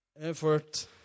effort